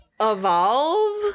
evolve